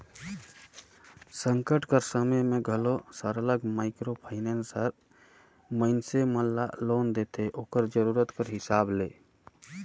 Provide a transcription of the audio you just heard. संकट कर समे में घलो सरलग माइक्रो फाइनेंस हर मइनसे मन ल लोन देथे ओकर जरूरत कर हिसाब ले